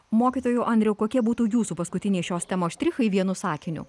mokytojau andriau kokie būtų jūsų paskutiniai šios temos štrichai vienu sakiniu